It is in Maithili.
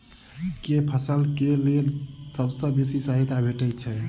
केँ फसल केँ लेल सबसँ बेसी सहायता भेटय छै?